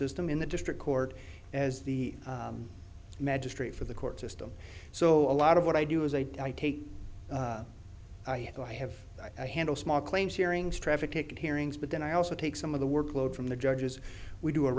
system in the district court as the magistrate for the court system so a lot of what i do is a take i have to have a handle small claims hearings traffic ticket hearings but then i also take some of the workload from the judges we do a